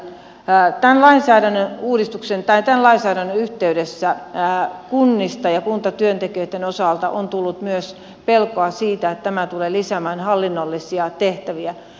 tämän lainsäädännön yhteydessä kunnista ja kuntatyöntekijöitten osalta on tullut myös pelkoa siitä että tämä tulee lisäämään hallinnollisia tehtäviä